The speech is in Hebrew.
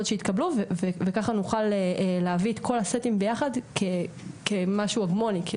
שיתקבלו וכך נוכל להביא את כל הסטים ביחד כמשהו הגמוני,